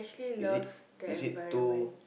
is it is it too